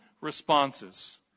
responses